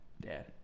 Dad